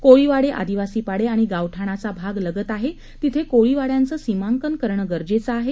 कोळीवाडे आदिवासी पाडे किंवा गावठाणाचा भाग लगत आहे तिथे कोळीवाड्याचं सीमांकन करणं गरजेचं आहे